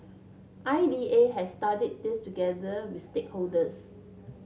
I D A has studied this together with stakeholders